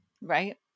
right